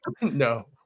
No